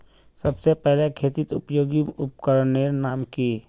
सबसे पहले खेतीत उपयोगी उपकरनेर नाम की?